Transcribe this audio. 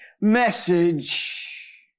message